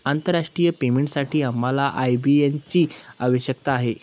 आंतरराष्ट्रीय पेमेंटसाठी आम्हाला आय.बी.एन ची आवश्यकता आहे